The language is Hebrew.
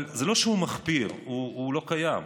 אבל זה לא שהוא מחפיר, הוא לא קיים.